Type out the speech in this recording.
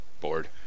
Bored